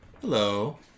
Hello